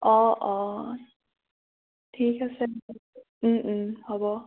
অঁ অঁ ঠিক আছে হ'ব